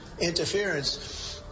interference